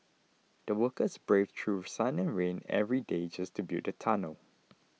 the workers braved through sun and rain every day just to build the tunnel